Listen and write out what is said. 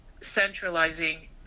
centralizing